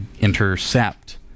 intercept